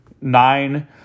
nine